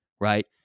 Right